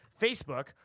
Facebook